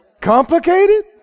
complicated